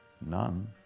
None